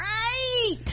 right